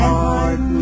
heart